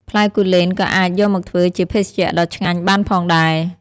ផ្លែគូលែនក៏អាចយកមកធ្វើជាភេសជ្ជៈដ៏ឆ្ងាញ់បានផងដែរ។